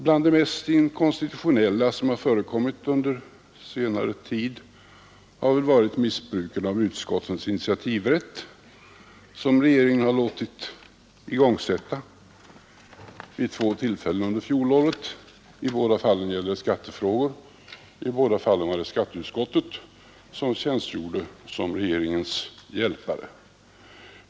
Bland det mest inkonstitutionella som förekommit under senare tid har varit missbruket av utskottens initiativrätt, som regeringen igångsatte vid två tillfällen under fjolåret. I båda fallen gällde det skattefrågor, och i båda fallen var det också skatteutskottet som tjänstgjorde som regeringens hjälpare.